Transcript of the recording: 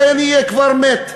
אולי אני אהיה כבר מת.